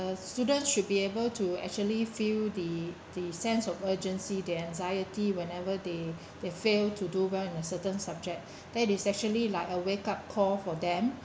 students should be able to actually feel the the sense of urgency the anxiety whenever they they failed to do well in a certain subject that is actually like a wake up call for them